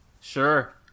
Sure